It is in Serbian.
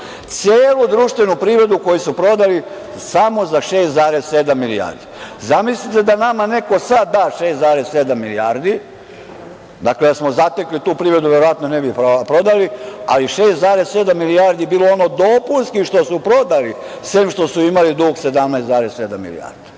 celu društvenu privredu koju su prodali samo za 6,7 milijardi. Zamislite da nama neko sada da 6,7 milijardi. Dakle, da smo zatekli tu privredu verovatno ne bi prodali, ali 6,7 milijardi je bilo ono dopunski što su prodali, sem što su imali dug 17,7 milijardi. Imaju